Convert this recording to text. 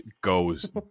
goes